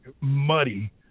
muddy